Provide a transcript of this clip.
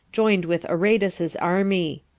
joined with aretas's army.